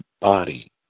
body